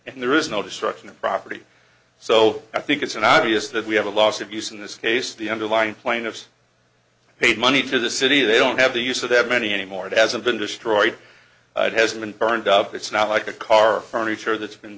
and there is no destruction of property so i think it's an obvious that we have a loss of use in this case the underlying plaintiffs paid money to the city they don't have the use of that many anymore it hasn't been destroyed it hasn't burned up it's not like a car furniture that's been